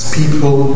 people